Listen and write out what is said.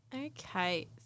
Okay